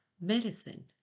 medicine